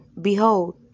Behold